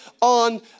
on